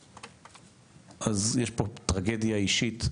אז יש פה טרגדיה אישית,